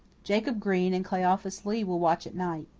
jacob green and cleophas lee will watch at night.